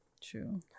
True